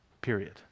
period